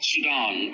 Sudan